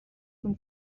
from